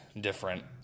different